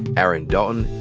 aaron dalton,